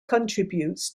contributes